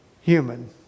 human